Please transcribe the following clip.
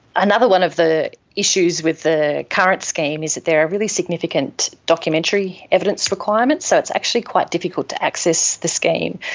another one of the issues with the current scheme is that there are really significant documentary evidence requirements, so it's actually quite difficult to access the scheme.